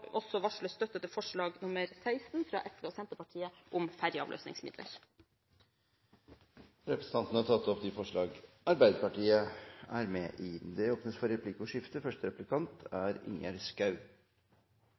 også varsle støtte til forslag nr. 16, fra SV og Senterpartiet, om ferjeavløsningsmidler. Representanten Helga Pedersen har tatt opp de forslagene hun refererte til. Det blir replikkordskifte. Det